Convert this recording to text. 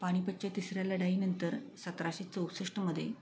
पानिपतच्या तिसऱ्याला लढाईनंतर सतराशे चौसष्टमध्ये